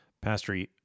Pastor